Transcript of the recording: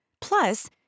Plus